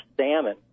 salmon